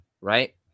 right